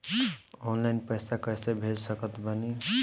Online पैसा कैसे भेज सकत बानी?